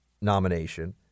nomination